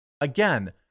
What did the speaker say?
Again